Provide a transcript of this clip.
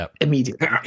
immediately